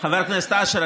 --- חבר הכנסת אשר,